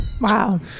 Wow